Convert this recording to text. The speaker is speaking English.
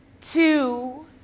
two